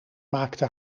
maakte